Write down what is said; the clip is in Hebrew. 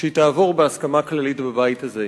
שהיא תעבור בהסכמה כללית בבית הזה.